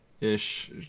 ish